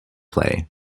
play